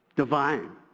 Divine